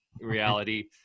reality